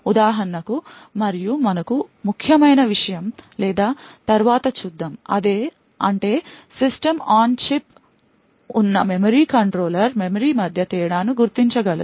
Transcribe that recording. ఉదాహరణకు మరియు మనకు ముఖ్యమైన విషయం లేదా తరువాత చూద్దాం అంటే సిస్టమ్ ఆన్ చిప్లో ఉన్న మెమరీ కంట్రోలర్ మెమరీ మధ్య తేడాను గుర్తించగలదు